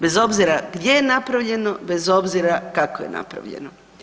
Bez obzira gdje je napravljeno, bez obzira kako je napravljeno.